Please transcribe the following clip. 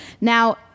Now